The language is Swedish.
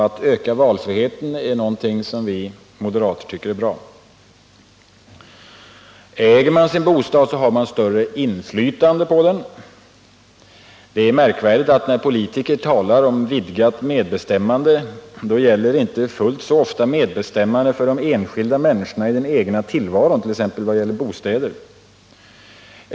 Att öka valfriheten är något vi moderater tycker är bra. För det andra: Äger man sin bostad har man större inflytande på den. Det är märkvärdigt att när politiker talar om vidgat medbestämmande gäller det inte så ofta medbestämmande för de enskilda människorna i den egna tillvaron, t.ex. vad gäller bostäder.